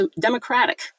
democratic